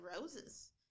roses